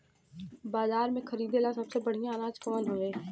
बाजार में खरदे ला सबसे बढ़ियां अनाज कवन हवे?